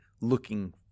looking